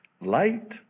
light